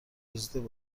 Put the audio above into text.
دزدیده